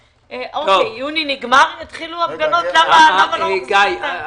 יוני נגמר יתחילו הפגנות למה לא מחזירים --- גיא,